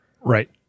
right